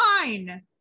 Fine